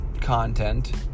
content